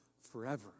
forever